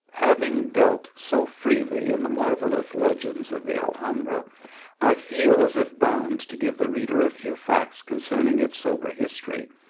having dealt so freely in the marvellous legends of the aihambra i feel as if bound to give the reader a few facts concerning its sober history,